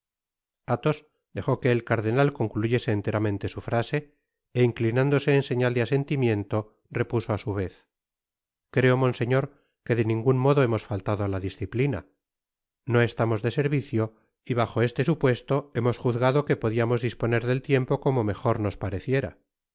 athos dejó que el cardenal concluyese enteramente su frase é inclinándose en señal de asentimiento repuso á su vez o i i creo monseñor que de ningun modo hemos faltado á la disciplina no estamos de servicio y bajo este supuesto hemos juzgado que podiamos disponer del tiempo como mejor nos pareciera